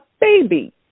baby